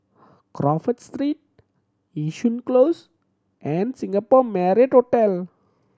Crawford Street Yishun Close and Singapore Marriott Hotel